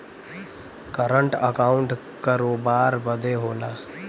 current account करोबार बदे होला